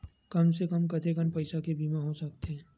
कम से कम कतेकन पईसा के बीमा हो सकथे?